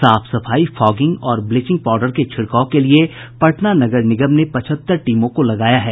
साफ सफाई फॉगिंग और ब्लीचिंग पाउडर के छिड़काव के लिये पटना नगर निगम ने पचहत्तर टीमों को लगाया है